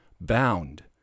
bound